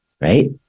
Right